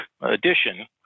edition